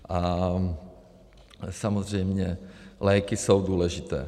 A samozřejmě léky jsou důležité.